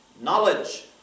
knowledge